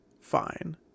fine